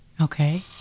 Okay